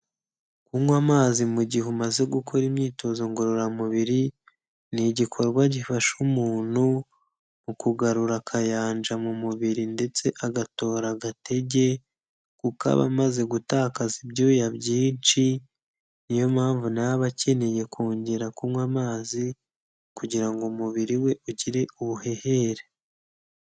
Kunywa amazi mu gihe umaze gukora imyitozo ngororamubiri, ni igikorwa gifasha umuntu mu kugarura akayanja mu mubiri, ndetse agatora agatege, kuko aba amaze gutakaza ibyuya byinshi, niyo mpamvu nawe aba akeneye kongera kunywa amazi, kugira ngo umubiri we ugire ubuhehere.